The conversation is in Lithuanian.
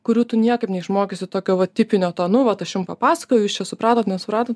kurių tu niekaip neišmokysi tokio va tipinio to nu vat aš jum papasakojau jūs čia supratot nesupratot